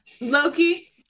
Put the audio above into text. Loki